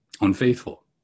unfaithful